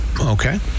okay